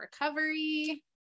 recovery